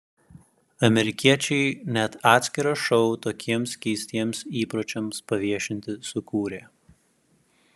amerikiečiai net atskirą šou tokiems keistiems įpročiams paviešinti sukūrė